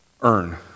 earn